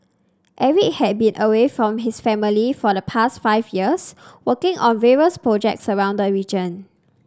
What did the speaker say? Eric had been away from his family for the past five years working on various projects around the region